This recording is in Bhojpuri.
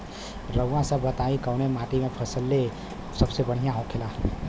रउआ सभ बताई कवने माटी में फसले सबसे बढ़ियां होखेला?